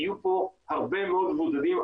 יהיו פה הרבה מאוד מבודדים,